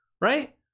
right